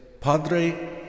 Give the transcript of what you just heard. padre